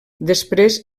després